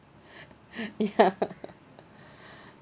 ya